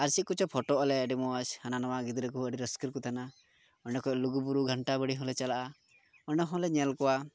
ᱟᱨ ᱪᱮᱫ ᱠᱚᱪᱚ ᱯᱷᱳᱴᱳᱜ ᱟᱞᱮ ᱟᱹᱰᱤ ᱢᱚᱡᱽ ᱦᱟᱱᱟ ᱱᱚᱣᱟ ᱜᱤᱫᱽᱨᱟᱹ ᱠᱚ ᱟᱹᱰᱤ ᱨᱟᱹᱥᱠᱟᱹ ᱠᱚ ᱛᱟᱦᱮᱱᱟ ᱚᱸᱰᱮ ᱠᱷᱚᱡ ᱞᱩᱜᱩ ᱵᱩᱨᱩ ᱜᱷᱟᱱᱴᱟ ᱵᱟᱲᱮ ᱦᱚᱸᱞᱮ ᱪᱟᱞᱟᱜᱼᱟ ᱚᱸᱰᱮ ᱦᱚᱸᱞᱮ ᱧᱮᱞ ᱠᱚᱣᱟ